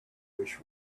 wish